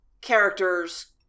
characters